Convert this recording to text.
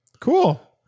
cool